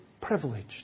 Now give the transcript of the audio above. privileged